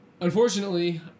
unfortunately